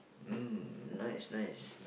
mm nice nice